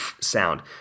sound